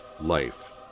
life